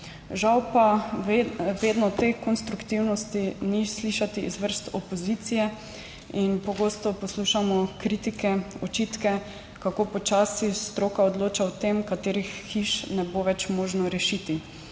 Žal pa vedno te konstruktivnosti ni slišati iz vrst opozicije in pogosto poslušamo kritike, očitke, kako počasi stroka odloča o tem, katerih hiš ne bo več možno rešiti.